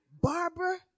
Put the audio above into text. Barbara